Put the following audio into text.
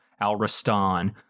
Al-Rastan